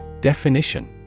Definition